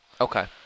Okay